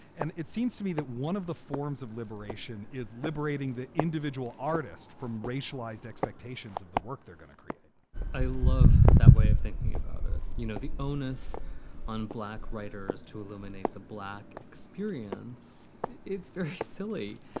and it seems to me that one of the forms of liberation is liberating the individual artist from racialized expectations of the work they're going to create i love that way of thinking about it. you know, the onus on black writers to illuminate the black experience, it's very silly.